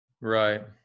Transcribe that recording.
Right